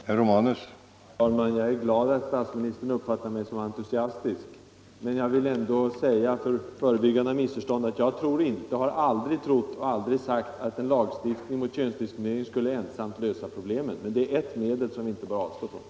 Herr talman! Jag är glad över att statsministern uppfattar mig som entusiastisk. Jag vill ändå säga — för förebyggande av missförstånd — att jag aldrig har trott och aldrig har sagt att lagstiftning mot könsdiskriminering ensam skulle kunna lösa problemen. Däremot är den ett medel som vi inte bör avstå från.